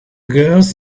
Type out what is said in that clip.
girls